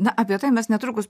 na apie tai mes netrukus